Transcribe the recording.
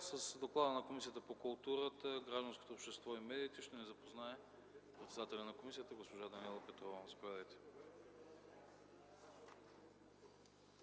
С доклада на Комисията по културата, гражданското общество и медиите ще ни запознае председателят й госпожа Даниела Петрова.